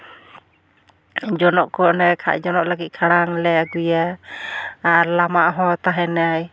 ᱡᱚᱱᱚᱜ ᱠᱚ ᱚᱱᱮ ᱡᱚᱱᱚᱜ ᱞᱟᱹᱜᱤᱫ ᱠᱷᱟᱲᱟᱝ ᱞᱮ ᱟᱹᱜᱩᱭᱟ ᱟᱨ ᱞᱟᱢᱟᱜ ᱦᱚᱸ ᱛᱟᱦᱮᱱᱟᱭ